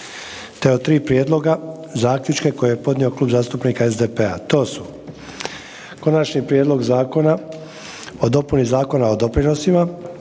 te o tri prijedloga zaključka koje je podnio Klub zastupnika SDP-a, to su: - Konačni prijedlog Zakona o dopuni Zakona o doprinosima,